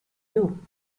you